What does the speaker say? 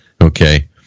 Okay